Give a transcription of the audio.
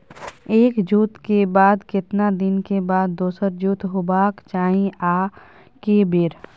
एक जोत के बाद केतना दिन के बाद दोसर जोत होबाक चाही आ के बेर?